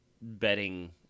betting